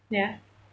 ya